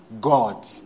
God